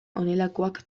honelakoak